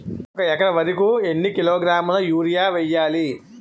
ఒక ఎకర వరి కు ఎన్ని కిలోగ్రాముల యూరియా వెయ్యాలి?